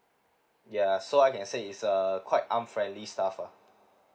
ya so I can say is a quite unfriendly staff ah